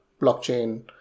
blockchain